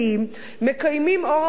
מקיימים אורח חיים דתי,